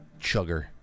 chugger